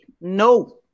No